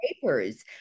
papers